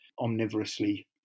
omnivorously